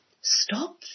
Stop